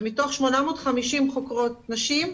ומתוך 850 חוקרות נשים,